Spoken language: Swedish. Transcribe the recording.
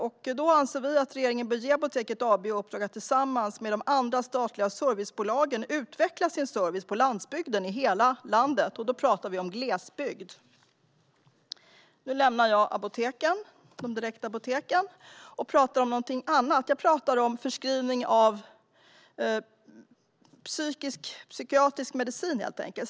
Vi anser att regeringen bör ge Apoteket AB i uppdrag att tillsammans med de andra statliga servicebolagen utveckla sin service på landsbygden i hela landet - och då talar jag om glesbygd. Nu lämnar jag apoteken och ska tala om något annat, nämligen förskrivning av psykiatrisk medicin.